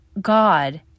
God